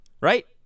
right